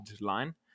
line